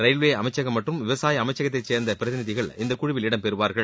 railway அமைச்சகம் மற்றும் விவசாய அமைச்சகத்தை சேர்ந்த பிரதிநிதிகள் இந்த குழுவில் இடம்பெறுவார்கள்